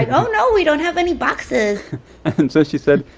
and oh, no, we don't have any boxes and um so she said,